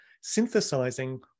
Synthesizing